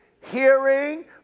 hearing